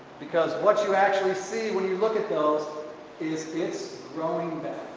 because what you actually see when you look at those is it's growing back!